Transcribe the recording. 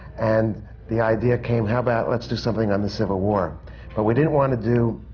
and the idea came, how about let's do something on the civil war? but we didn't want to do